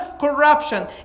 corruption